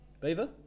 Beaver